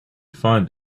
find